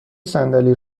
صندلی